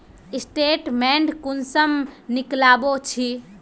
Statement कुंसम निकलाबो छी?